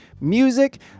Music